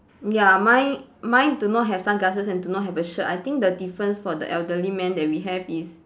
ya mine mine do not have sunglasses and do not have a shirt I think the difference for the elderly man that we have is